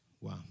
Wow